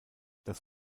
das